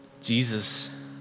Jesus